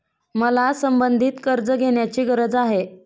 मला संबंधित कर्ज घेण्याची गरज आहे